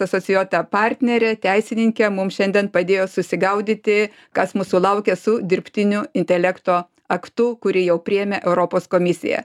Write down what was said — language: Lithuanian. asocijuota partnerė teisininkė mum šiandien padėjo susigaudyti kas mūsų laukia su dirbtiniu intelekto aktu kurį jau priėmė europos komisija